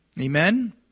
Amen